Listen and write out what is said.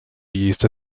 used